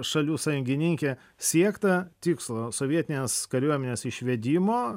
šalių sąjungininkė siekta tikslo sovietinės kariuomenės išvedimo